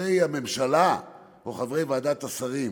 חברי הממשלה או חברי ועדת השרים: